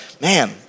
man